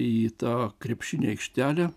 į tą krepšinio aikštelę